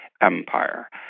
Empire